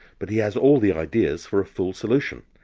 but he has all the ideas for a full solution.